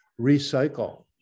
recycle